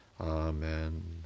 Amen